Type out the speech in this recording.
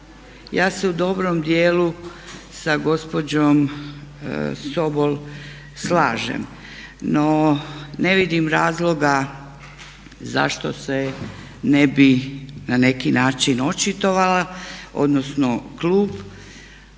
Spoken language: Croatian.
ja se u dobrom dijelu sa gospođom Sobol slažem, no ne vidim razloga zašto se ne bi na neki način očitovala odnosno klub